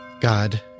God